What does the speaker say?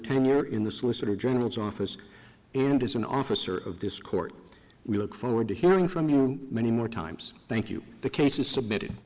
tenure in the solicitor general's office and as an officer of this court we look forward to hearing from you many more times thank you the case is submitted